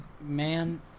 man